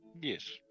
Yes